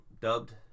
dubbed